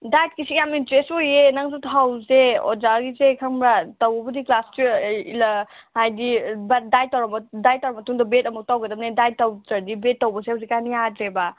ꯗꯥꯏꯠꯀꯤꯁꯦ ꯌꯥꯃ ꯏꯟꯇꯔꯦꯁ ꯑꯣꯏꯌꯦ ꯅꯪꯁꯨ ꯊꯥꯍꯧꯁꯦ ꯑꯣꯖꯥꯒꯤꯁꯦ ꯈꯪꯕ꯭ꯔꯥ ꯇꯧꯕꯕꯨꯗꯤ ꯀ꯭ꯂꯥꯁ ꯇ꯭ꯋꯦꯜꯐ ꯍꯥꯏꯗꯤ ꯗꯥꯏꯠ ꯇꯧꯔꯕ ꯗꯥꯏꯠ ꯇꯧꯔꯕ ꯃꯇꯨꯡꯗ ꯕꯤ ꯑꯦꯠ ꯑꯃꯨꯛ ꯇꯧꯒꯗꯕꯅꯦ ꯗꯥꯏꯠ ꯇꯧꯗ꯭ꯔꯗꯤ ꯕꯤ ꯑꯦꯠ ꯇꯧꯕꯁꯦ ꯍꯧꯖꯤꯛꯀꯥꯟ ꯌꯥꯗ꯭ꯔꯦꯕ